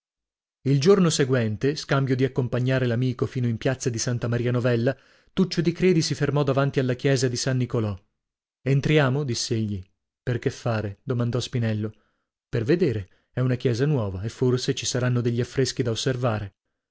il giorno seguente scambio di accompagnare l'amico fino in piazza di santa maria novella tuccio di credi si fermò davanti alla chiesa di san nicolò entriamo diss'egli per che fare domandò spinello per vedere è una chiesa nuova e forse ci saranno degli affreschi da osservare